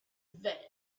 there